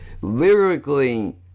Lyrically